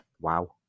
Wow